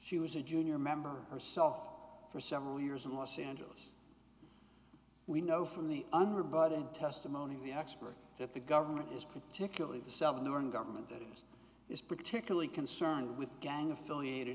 she was a junior member herself for several years in los angeles we know from the underbody testimony of the expert that the government is particularly the seventy one government that is particularly concerned with gang affiliated